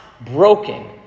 broken